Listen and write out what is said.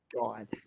god